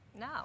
no